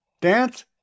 Dance